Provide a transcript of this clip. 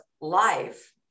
life